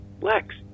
Lex